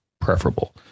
preferable